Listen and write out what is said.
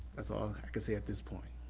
that's all i can say at this point.